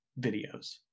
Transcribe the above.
videos